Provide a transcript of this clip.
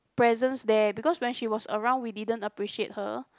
presence there because when she was around we didn't appreciate her